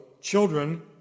children